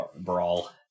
brawl